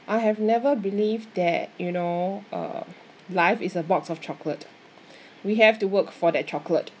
I have never believed that you know uh life is a box of chocolate we have to work for that chocolate